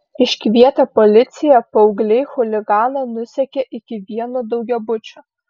iškvietę policiją paaugliai chuliganą nusekė iki vieno daugiabučio